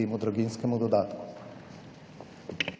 temu draginjskemu dodatku.